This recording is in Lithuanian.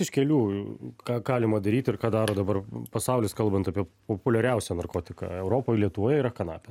iš kelių ką galima daryti ir ką daro dabar pasaulis kalbant apie populiariausią narkotiką europoj lietuvoje yra kanapės